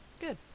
Good